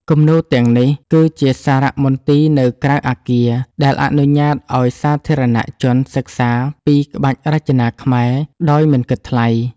គំនូរទាំងនេះគឺជាសារៈមន្ទីរនៅក្រៅអគារ ដែលអនុញ្ញាតឱ្យសាធារណជនសិក្សាពីក្បាច់រចនាខ្មែរដោយមិនគិតថ្លៃ។